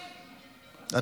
הי,